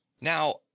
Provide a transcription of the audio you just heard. Now